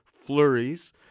flurries